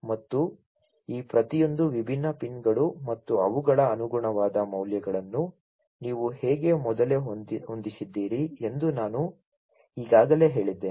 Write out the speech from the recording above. ಮತ್ತು ಈ ಪ್ರತಿಯೊಂದು ವಿಭಿನ್ನ ಪಿನ್ಗಳು ಮತ್ತು ಅವುಗಳ ಅನುಗುಣವಾದ ಮೌಲ್ಯಗಳನ್ನು ನೀವು ಹೇಗೆ ಮೊದಲೇ ಹೊಂದಿಸಿದ್ದೀರಿ ಎಂದು ನಾನು ಈಗಾಗಲೇ ಹೇಳಿದ್ದೇನೆ